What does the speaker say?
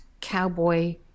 cowboy